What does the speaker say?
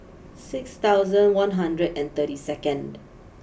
six thousand one hundred and thirty second